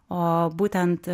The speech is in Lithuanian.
o būtent